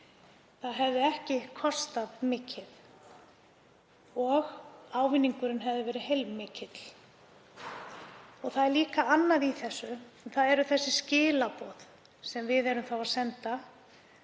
Það hefði ekki kostað mikið og ávinningurinn hefði verið heilmikill. Það er líka annað í þessu, þ.e. þau skilaboð sem við verðum þá að senda,